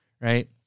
right